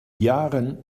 yaren